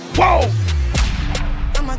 Whoa